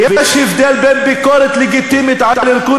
ויש הבדל בין ביקורת לגיטימית על ארגון